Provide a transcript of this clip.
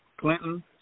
Clinton